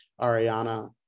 Ariana